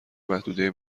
محدوده